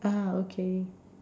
ah okay